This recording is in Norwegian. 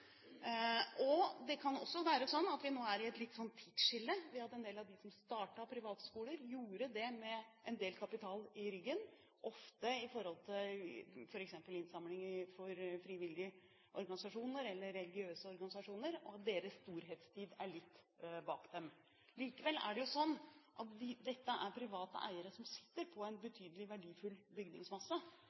Det kan også være sånn at vi nå står ved et tidsskille, ved at en del av dem som startet privatskoler, gjorde det med en del kapital i ryggen, f.eks. innsamling av frivillige organisasjoner eller religiøse organisasjoner, og at deres storhetstid er litt bak dem. Likevel er det jo sånn at dette er private eiere som sitter på en betydelig, verdifull bygningsmasse,